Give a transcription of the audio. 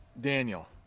daniel